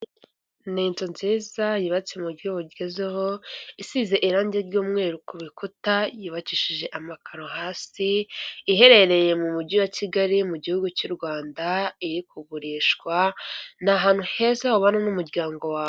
Ni inzu nziza yubatse muburyo bugezweho isize irangi ry'umweru ku bikuta yubakishije amakaro hasi iherereye mu mujyi wa kigali mu gihugu cy'u Rwanda, iri kugurishwa ni ahantu heza ubana n'umuryango wawe.